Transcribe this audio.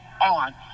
on